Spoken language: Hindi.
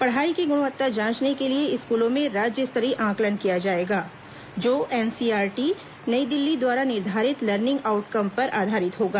पढ़ाई की गुणवत्ता जांचने के लिए स्कूलों में राज्य स्तरीय आंकलन किया जाएगा जो एनसीई आरटी नई दिल्ली द्वारा निर्धारित लर्निंग आऊटकम पर आधारित होगा